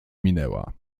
minęła